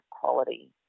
quality